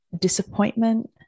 disappointment